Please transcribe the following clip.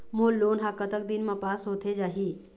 मोर loan हा कतक दिन मा पास होथे जाही?